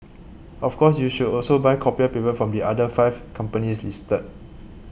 of course you should also buy copier paper from the other five companies listed